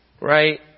Right